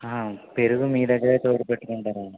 ఆ పెరుగు మీ దగ్గరే తోడి పెట్టుకుంటారు